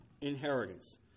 inheritance